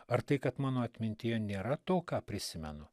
ar tai kad mano atmintyje nėra to ką prisimenu